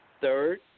third